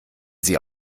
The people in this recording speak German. sie